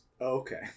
Okay